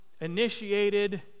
initiated